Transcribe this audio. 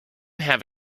have